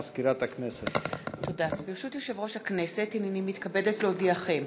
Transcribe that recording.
ברשות יושב-ראש הכנסת, הנני מתכבדת להודיעכם,